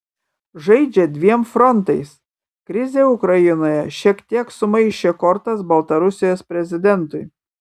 žaidžia dviem frontais krizė ukrainoje šiek tiek sumaišė kortas baltarusijos prezidentui